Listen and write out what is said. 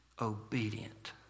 obedient